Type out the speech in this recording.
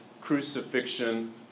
crucifixion